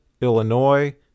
Illinois